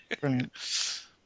Brilliant